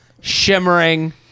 shimmering